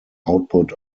output